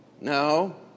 no